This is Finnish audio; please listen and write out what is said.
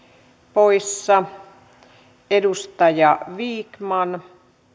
poissa edustaja vikman